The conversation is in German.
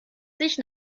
sich